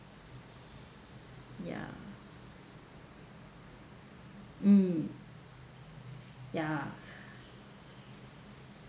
ya mm ya